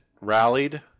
rallied